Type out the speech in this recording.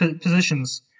positions